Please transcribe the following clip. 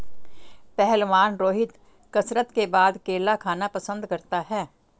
पहलवान रोहित कसरत के बाद केला खाना पसंद करता है